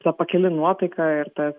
ta pakili nuotaika ir ta